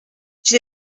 j’ai